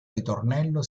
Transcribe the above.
ritornello